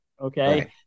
Okay